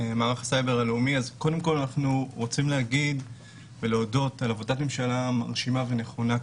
אנחנו רוצים להודות על עבודת ממשלה מרשימה ונכונה כאן,